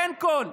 אין קול.